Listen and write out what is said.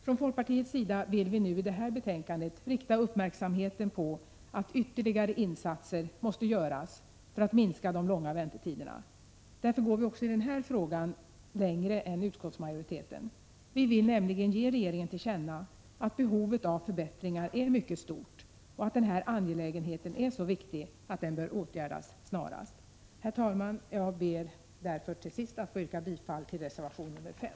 Från folkpartiets sida vill vi nu i det här betänkandet rikta uppmärksamheten på att ytterligare insatser måste göras för att minska de långa väntetiderna. Därför går vi i denna fråga längre än utskottsmajoriteten. Vi vill nämligen ge regeringen till känna att behovet av förbättringar är mycket stort och att denna angelägenhet är så viktig att den bör åtgärdas snarast. Herr talman! Jag ber därför till sist att få yrka bifall till reservation 5.